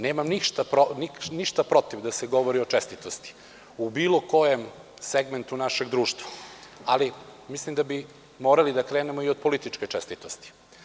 Nemam ništa protiv da se govori o čestitosti u bilo kom segmentu našeg društva, ali mislim da bismo morali da krenemo i od političke čestitosti.